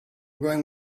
going